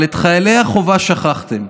אבל את חיילי החובה שכחתם.